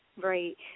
Right